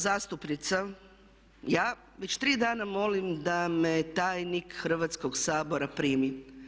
Zastupnica, ja, već tri dana molim da me tajnik Hrvatskog sabora primi.